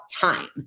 time